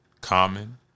Common